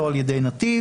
לא על ידי נתיב.